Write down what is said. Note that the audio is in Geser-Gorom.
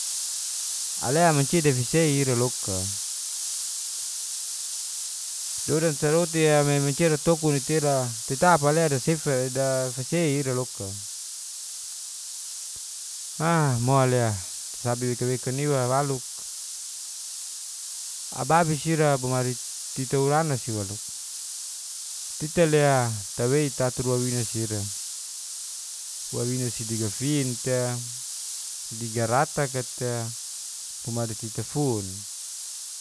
Alea mancida dafisei ira loka, dodansa roti'a nai mancia tokuna te ira tetap alea de sifaida fasei ira loka. Ma ' mo'le tasabi weka-wekaniwa walu. Ababis ira bungari tituranasi walu, titale'a tawei tatur wawinasi ira, wawina sidi gafin te, digarataka'te bumari titafun.